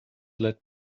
let